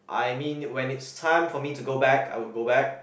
I mean when it's time for me to go back I will go back